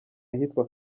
ahitwa